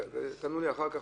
תענו לי אחר כך.